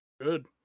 Good